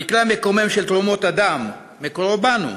המקרה המקומם של תרומות הדם מקורו בנו,